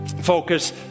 focus